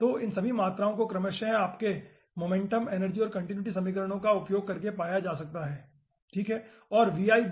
तो इन सभी मात्राओं को क्रमशः आपके मोमेंटम एनर्जी और कंटीन्यूटी समीकरणों का उपयोग करके पाया जा सकता है ठीक है